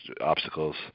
obstacles